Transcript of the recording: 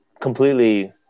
completely